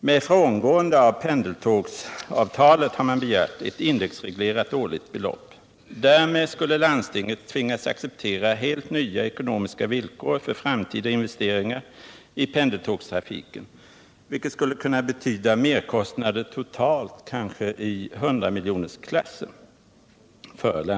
Med frångående av pendeltågsavtalet har man begärt ett indexreglerat årligt belopp! Därmed skulle landstinget ha tvingats att acceptera helt nya ekonomiska villkor för framtida investeringar i pendeltågstrafiken, vilket skulle kunna betyda merkostnader för landstinget som totalt kanske ligger i hundramiljonersklassen.